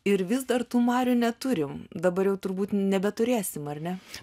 ir vis dar tų marių neturim dabar jau turbūt nebeturėsim ar ne